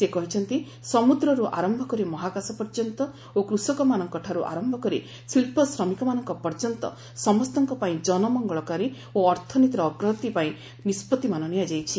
ସେ କହିଛନ୍ତି ସମ୍ବଦ୍ରର୍ତ୍ତ ଆରମ୍ଭ କରି ମହାକାଶ ପର୍ଯ୍ୟନ୍ତ ଓ କୃଷକମାନଙ୍କଠାର୍ଚ ଆରମ୍ଭ କରି ଶିଳ୍ପ ଶ୍ରମିକମାନଙ୍କ ପର୍ଯ୍ୟନ୍ତ ସମସ୍ତଙ୍କ ପାଇଁ ଜନମଙ୍ଗଳକାରୀ ଓ ଅର୍ଥନୀତିର ଅଗ୍ରଗତି ପାଇଁ ନିଷ୍ପଭିମାନ ନିଆଯାଇଛି